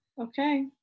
Okay